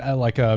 ah like, ah